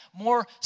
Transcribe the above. more